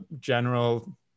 general